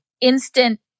instant